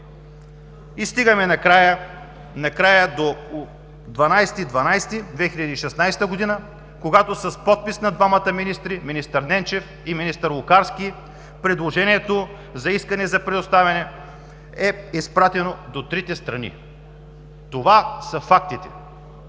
стигаме до 12 декември 2016 г., когато с подпис на двамата министри – министър Ненчев и министър Лукарски, предложението за искане за предоставяне е изпратено до трите страни. Това са фактите.